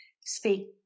speak